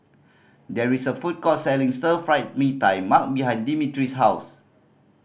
there is a food court selling Stir Fry Mee Tai Mak behind Dimitri's house